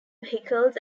vehicles